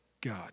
God